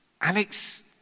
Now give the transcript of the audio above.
Alex